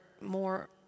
more